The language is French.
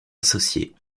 associée